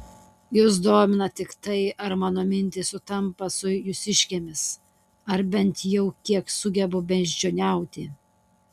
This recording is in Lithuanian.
jus domina tik tai ar mano mintys sutampa su jūsiškėmis ar bent jau kiek sugebu beždžioniauti